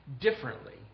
differently